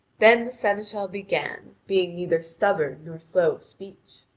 then the seneschal began, being neither stubborn nor slow of speech